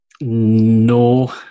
No